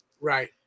Right